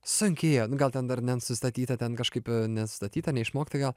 sunkiai ėjo nu gal ten dar nesustatyta ten kažkaip nesustatyta neišmokta gal